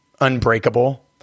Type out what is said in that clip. unbreakable